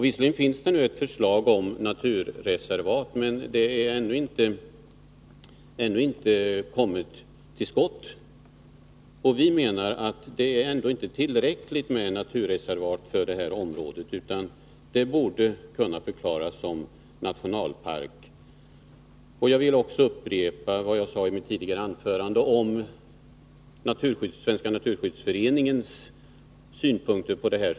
Visserligen finns det nu ett förslag om naturreservat, men man har ännu inte ”kommit till skott”. Vi menar att det inte är tillräckligt att inrätta naturreservat i det här området, utan det borde kunna förklaras som nationalpark. Jag vill också upprepa det jag sade i mitt tidigare anförande om Svenska naturskyddsföreningens synpunkter på detta.